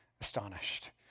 astonished